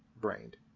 brained